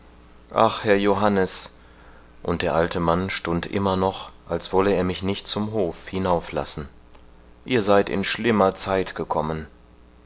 ach herr johannes und der alte mann stund immer noch als wolle er mich nicht zum hof hinauf lassen ihr seid in schlimmer zeit gekommen